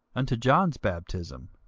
unto john's baptism.